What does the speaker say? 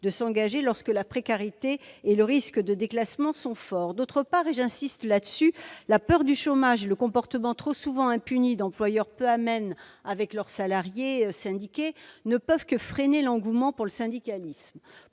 de s'engager lorsque la précarité et le risque de déclassement sont forts. D'autre part- j'insiste sur ce point -, la peur du chômage et le comportement trop souvent impuni d'employeurs peu amènes avec leurs salariés syndiqués ne peuvent que freiner l'engouement pour le syndicalisme.